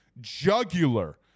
jugular